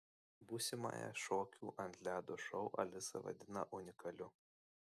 būsimąją šokių ant ledo šou alisa vadina unikaliu